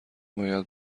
باید